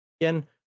Again